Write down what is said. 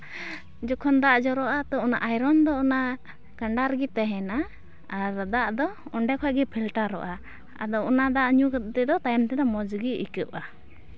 ᱡᱚᱠᱷᱚᱱ ᱫᱟᱜ ᱡᱚᱨᱚᱜᱼᱟ ᱛᱚ ᱚᱱᱟ ᱟᱭᱨᱚᱱ ᱫᱚ ᱚᱱᱟ ᱠᱟᱸᱰᱟ ᱨᱮᱜᱮ ᱛᱟᱦᱮᱱᱟ ᱟᱨ ᱫᱟᱜ ᱫᱚ ᱚᱸᱰᱮ ᱠᱷᱚᱱ ᱜᱮ ᱯᱷᱤᱞᱴᱟᱨᱚᱜᱼᱟ ᱟᱫᱚ ᱚᱱᱟ ᱫᱟᱜ ᱧᱩ ᱠᱟᱛᱮᱫ ᱚ ᱛᱟᱭᱚᱢ ᱛᱮᱫᱚ ᱢᱚᱡᱽ ᱜᱮ ᱟᱹᱭᱠᱟᱹᱣᱚᱜᱼᱟ